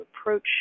approach